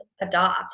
adopt